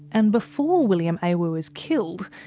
and before william awu is killed,